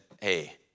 hey